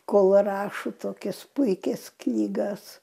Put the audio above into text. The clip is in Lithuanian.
kol rašo tokias puikias knygas